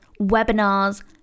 webinars